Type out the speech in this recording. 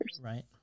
Right